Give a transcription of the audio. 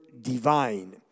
divine